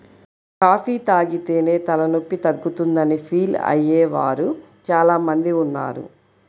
coffee తాగితేనే తలనొప్పి తగ్గుతుందని ఫీల్ అయ్యే వారు చాలా మంది ఉన్నారు